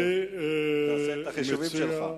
תעשה את החישובים שלך.